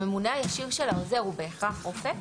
הממונה הישיר של העוזר הוא בהכרח רופא?